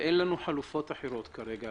ואין לנו חלופות אחרות כרגע,